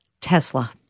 Tesla